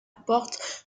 porte